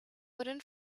wooden